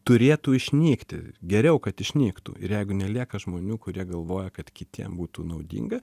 turėtų išnykti geriau kad išnyktų ir jeigu nelieka žmonių kurie galvoja kad kitiem būtų naudinga